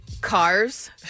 cars